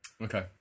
Okay